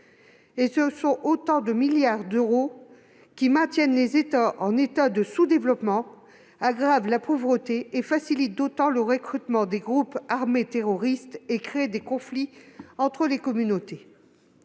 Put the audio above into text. ; ce sont autant de milliards d'euros qui maintiennent les États dans une situation de sous-développement et aggravent la pauvreté, facilitant d'autant le recrutement des groupes armés terroristes et créant des conflits entre les communautés.